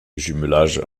jumelage